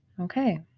Okay